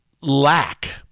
lack